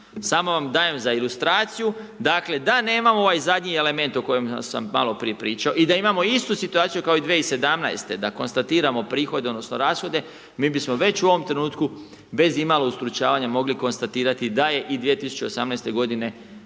Samo vam dajem za ilustraciju, dakle, da nemamo ovaj zadnji element o kojem sam maloprije pričao i da imamo istu situaciju kao i 2017. da konstatiramo prihod odnosno rashode, mi bismo već u ovom trenutku bez imalo ustručavanja mogli konstatirati da je i 2018. godine